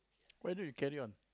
why don't you carry on